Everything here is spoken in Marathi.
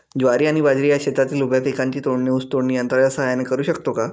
ज्वारी आणि बाजरी या शेतातील उभ्या पिकांची तोडणी ऊस तोडणी यंत्राच्या सहाय्याने करु शकतो का?